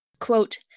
quote